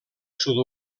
sud